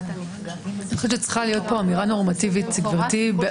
אני חושבת שצריכה להיות פה אמירה נורמטיבית באיזונים.